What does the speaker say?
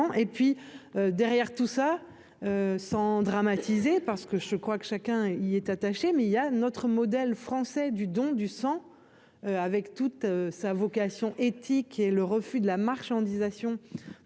et puis derrière, tout ça sans dramatiser, parce que je crois que chacun y est attaché, mais il y a notre modèle français du don du sang, avec toute sa vocation éthique et le refus de la marchandisation